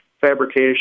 fabrication